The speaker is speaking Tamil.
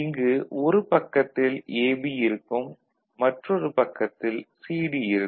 இங்கு ஒரு பக்கத்தில் AB இருக்கும் மற்றொரு பக்கத்தில் CD இருக்கும்